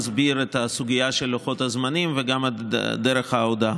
אסביר את הסוגיה של לוחות הזמנים וגם את דרך ההודעה.